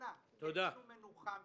אנא, תן לנו מנוחה מזה.